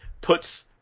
puts